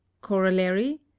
Corollary